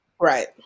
Right